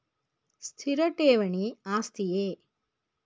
ಸ್ಥಿರ ಠೇವಣಿ ಆಸ್ತಿಯೇ?